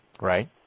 Right